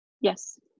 Yes